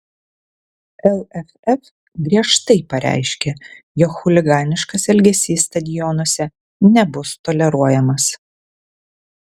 lff griežtai pareiškia jog chuliganiškas elgesys stadionuose nebus toleruojamas